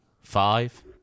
Five